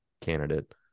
candidate